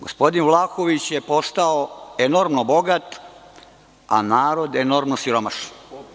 Gospodin Vlahović je postao enormno bogat, a narod enormno siromašan.